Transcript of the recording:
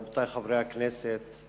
רבותי חברי הכנסת,